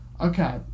Okay